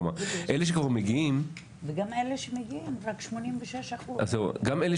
כלומר אלה שכבר מגיעים -- וגם אלה שמגיעים רק 86%. גם אלה